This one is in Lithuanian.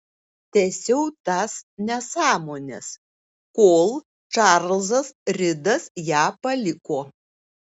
tęsiau tas nesąmones kol čarlzas ridas ją paliko